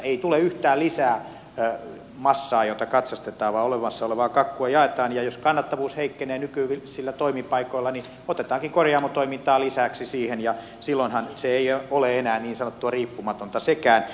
ei tule yhtään lisää massaa jota katsastetaan vaan olemassa olevaa kakkua jaetaan ja jos kannattavuus heikkenee nykyisillä toimipaikoilla niin otetaankin korjaamotoimintaa lisäksi siihen ja silloinhan se ei ole enää niin sanottua riippumatonta sekään